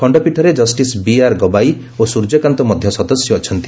ଖଣ୍ଡପୀଠରେ justice BR Gavai ଓ ସୂର୍ଯ୍ୟକାନ୍ତ ମଧ୍ୟ ସଦସ୍ୟ ଅଛନ୍ତି